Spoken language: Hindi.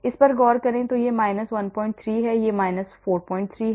इस पर गौर करें 13 यह 43 है